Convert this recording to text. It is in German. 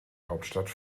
hauptstadt